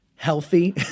Healthy